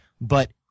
but-